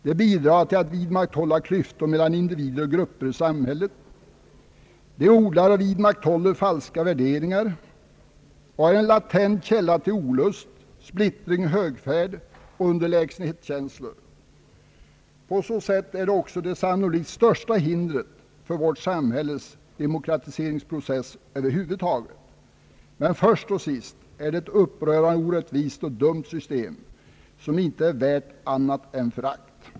Det bidrar till att vidmakthålla klyftor mellan individer och grupper i samhället. Det odlar och vidmakthåller falska värderingar och är en latent källa till olust, splittring, högfärd och underlägsenhetskänslor. På så sätt är det också det sannolikt största hindret för vårt samhälles demokratiseringsprocess över huvud taget, men först och sist är det ett upprörande orättvist och dumt system som inte är värt annat än förakt.